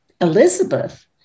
Elizabeth